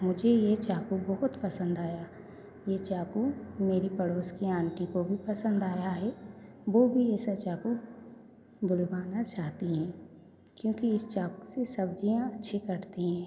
मुझे यह चाकू बहुत पसंद आया ये चाकू मेरी पड़ोस की आंटी को भी पसंद आया है वह भी ऐसा चाकू बुलवाना चाहती हैं क्योंकि इस चाकू से सब्ज़ियाँ अच्छी कटती हैं